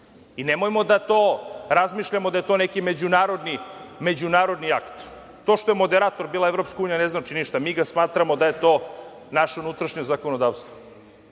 Nemojmo da razmišljamo da je to neki međunarodni akt. To što je moderator bila EU ne znači ništa. Mi ga smatramo da je to naše unutrašnje zakonodavstvo. Što